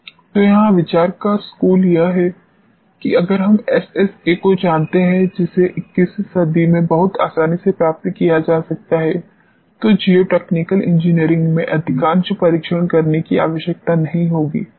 तो यहां विचार का स्कूल यह है कि अगर हम एसएसए को जानते हैं जिसे 21वीं सदी में बहुत आसानी से प्राप्त किया जा सकता है तो जियोटेक्निकल इंजीनियरिंग में अधिकांश परीक्षण करने की आवश्यकता नहीं होगी ठीक है